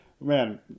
man